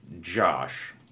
Josh